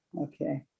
Okay